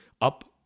up